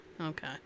Okay